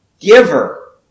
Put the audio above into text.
Giver